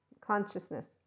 consciousness